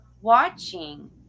watching